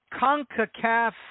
CONCACAF